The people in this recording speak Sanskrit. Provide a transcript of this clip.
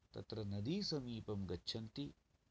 तत्र नदीसमीपं गच्छन्ति